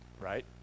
Right